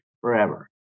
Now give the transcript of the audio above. forever